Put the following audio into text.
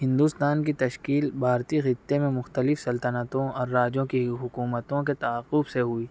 ہندوستان کی تشکیل بھارتی خطے میں مختلف سلطنتوں اور راجوں کی حکومتوں کے تعاقب سے ہوئی